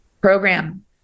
program